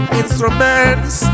instruments